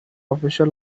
official